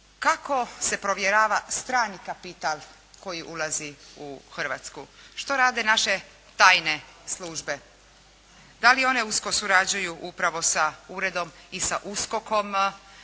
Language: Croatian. kako se provjerava strani kapital koji ulazi u Hrvatsku? Što rade naše tajne službe? Da li one usko surađuju upravo sa uredom i sa USKOK-om